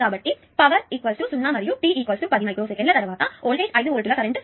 కాబట్టి పవర్ 0 మరియు t 10 micro సెకన్ల తర్వాత వోల్టేజ్ 5 వోల్టుల కరెంట్ 0